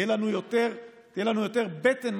תהיה לנו יותר בטן,